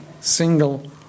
single